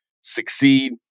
succeed